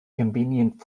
convenient